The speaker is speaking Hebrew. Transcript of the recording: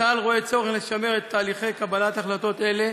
צה"ל רואה צורך לשמר את תהליכי קבלת החלטות האלו